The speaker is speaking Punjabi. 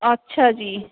ਅੱਛਾ ਜੀ